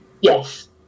Yes